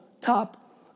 top